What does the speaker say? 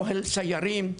אוהל סיירים,